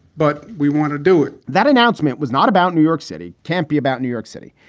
but we want to do it that announcement was not about new york city, can't be about new york city,